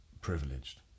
privileged